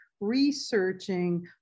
researching